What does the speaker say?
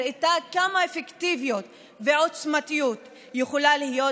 היא הראתה כמה אפקטיבית ועוצמתית יכולה להיות